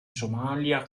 somalia